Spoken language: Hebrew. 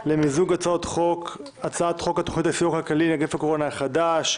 למיזוג הצעות חוק: הצעת חוק התוכנית לסיוע כלכלי (נגיף הקורונה החדש),